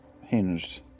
hinged